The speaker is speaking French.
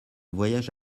voyage